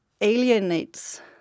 alienates